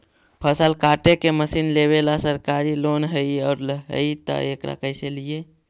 फसल काटे के मशीन लेबेला सरकारी लोन हई और हई त एकरा कैसे लियै?